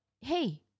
Hey